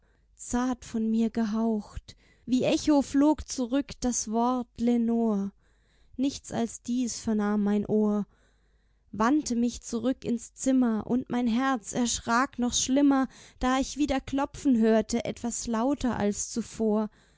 zart von mir gehaucht wie echo flog zurück das wort lenor nichts als dies vernahm mein ohr wandte mich zurück ins zimmer und mein herz erschrak noch schlimmer da ich wieder klopfen hörte etwas lauter als zuvor